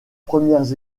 premières